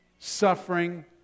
suffering